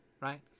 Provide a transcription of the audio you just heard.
right